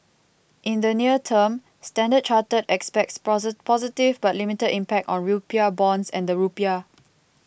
in the near term Standard Chartered expects positive but limited impact on rupiah bonds and the rupiah